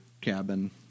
cabin